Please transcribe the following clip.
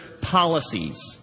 policies